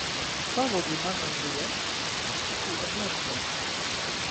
pavogei mano idėjas ir išsunkei energiją